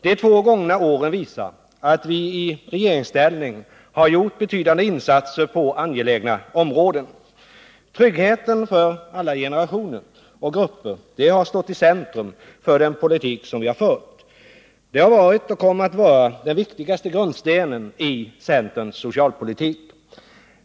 De två gångna åren visar att vi i regeringsställning har gjort betydande insatser på angelägna områden. Tryggheten för alla generationer och grupper har stått i centrum för den politik som vi har fört. Det har varit och kommer att vara den viktigaste grundstenen i centerns socialpolitik.